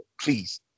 Please